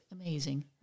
amazing